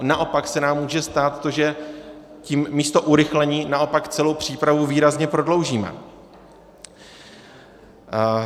Naopak se nám může stát, že místo urychlení naopak celou přípravu výrazně prodloužíme.